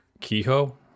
Kehoe